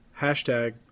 Hashtag